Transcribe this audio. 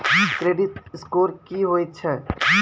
Credit score की होय छै?